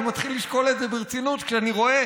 אני מתחיל לשקול את זה ברצינות כשאני רואה